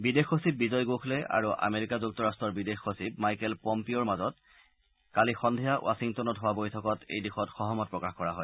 বিদেশ সচিব বিজয় গোখলে আৰু আমেৰিকা যুক্তৰাট্টৰ বিদেশ সচিব মাইকেল পম্পিঅ'ৰ মাজত কালি সন্ধিয়া বাশ্বিংটনত হোৱা বৈঠকত এই দিশত সহমত প্ৰকাশ কৰা হয়